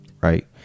right